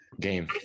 game